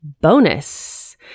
bonus